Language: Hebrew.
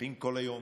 מתנצחים כל היום,